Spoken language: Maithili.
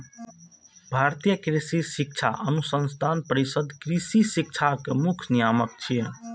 भारतीय कृषि शिक्षा अनुसंधान परिषद कृषि शिक्षाक मुख्य नियामक छियै